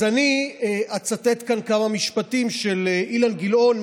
אז אני אצטט כאן כמה משפטים של אילן גילאון,